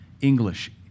English